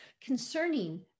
concerning